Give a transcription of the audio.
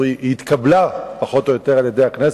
התקבלה פחות או יותר על-ידי הכנסת,